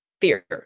fear